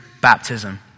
baptism